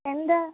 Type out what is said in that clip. எந்த